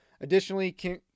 Additionally